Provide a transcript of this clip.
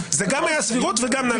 זה גם היה סבירות וגם נא לא להתערב.